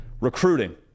Recruiting